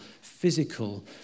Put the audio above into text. physical